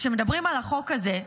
כשמדברים על החוק הזה,